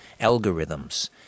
algorithms